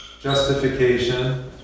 Justification